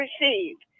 received